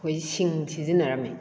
ꯑꯩꯈꯣꯏ ꯁꯤꯡ ꯁꯤꯖꯤꯟꯅꯔꯝꯃꯤ